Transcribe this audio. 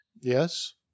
Yes